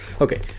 Okay